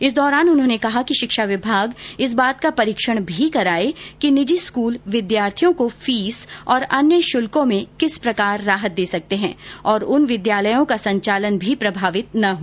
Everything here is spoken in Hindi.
इस दौरान उन्होंने कहा कि शिक्षा विभाग इस बात का भी परीक्षण कराए कि निजी स्कूल विद्यार्थियों को फीस और अन्य शुल्कों में किस प्रकार राहत दे सकते हैं और उन विद्यालयों का संचालने भी प्रभावित नहीं हो